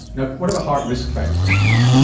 like what about heart risk factors?